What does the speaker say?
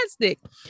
fantastic